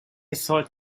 thought